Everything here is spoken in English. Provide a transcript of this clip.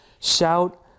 Shout